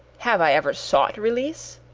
have i ever sought release?